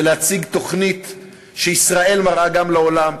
זה להציג תוכנית שישראל מראה גם לעולם,